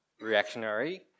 reactionary